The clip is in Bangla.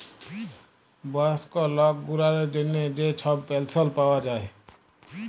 বয়স্ক লক গুলালের জ্যনহে যে ছব পেলশল পাউয়া যায়